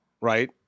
right